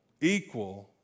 equal